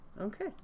Okay